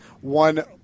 one